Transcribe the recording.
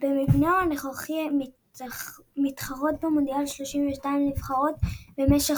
במבנהו הנוכחי מתחרות במונדיאל 32 נבחרות במשך